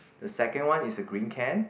the second one is the green can